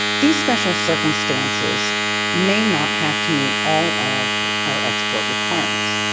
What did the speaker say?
these special circumstances may not have to meet all of our export requirements.